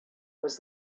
was